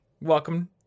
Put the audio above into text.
Welcome